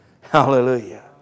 Hallelujah